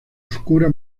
oscura